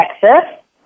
Texas